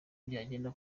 byagenda